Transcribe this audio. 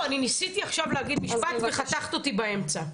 אבל אני ניסיתי עכשיו להגיד משפט וחתכת אותי באמצע,